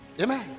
Amen